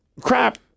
crap